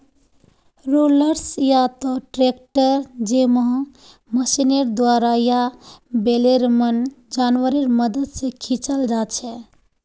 rollers या त tractor जैमहँ मशीनेर द्वारा या बैलेर मन जानवरेर मदद से खींचाल जाछे